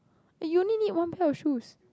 but you only need one pair of shoes